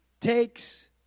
Takes